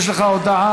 יש לך הודעה.